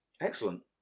excellent